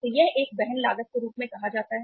तो यह एक वहन लागत के रूप में कहा जाता है